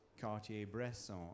Cartier-Bresson